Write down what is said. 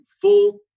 full